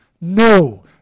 No